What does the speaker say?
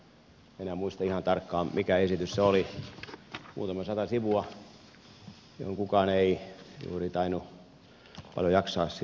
en enää muista ihan tarkkaan mikä esitys se oli muutama sata sivua johon kukaan ei juuri tainnut paljon jaksaa silloin kajota